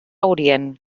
orient